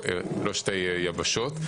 לא שתי יבשות.